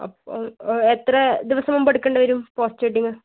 അപ്പോൾ എത്ര ദിവസം മുൻപ് എടുക്കേണ്ടി വരും പോസ്റ്റ് വെഡിങ്ങ്